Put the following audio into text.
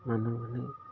মানুহ মানে